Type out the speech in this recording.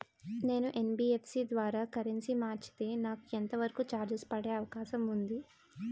నేను యన్.బి.ఎఫ్.సి ద్వారా కరెన్సీ మార్చితే నాకు ఎంత వరకు చార్జెస్ పడే అవకాశం ఉంది?